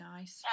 Nice